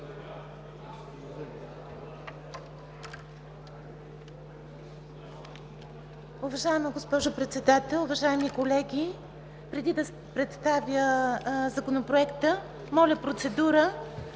Уважаема госпожо Председател, уважаеми колеги! Преди да представя Законопроекта, моля процедура